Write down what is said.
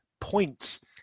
points